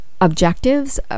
objectives